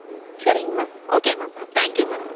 ம் சரிங் ma'am okay ma'am thank you ma'am